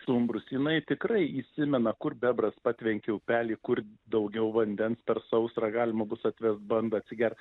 stumbrus jinai tikrai įsimena kur bebras patvenkia upelį kur daugiau vandens per sausrą galima bus atvest bandą atsigert